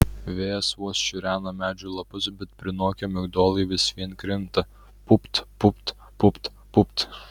vėjas vos šiurena medžių lapus bet prinokę migdolai vis vien krinta pupt pupt pupt pupt